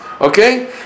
Okay